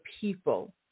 people